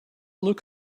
look